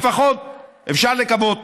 לפחות אפשר לקוות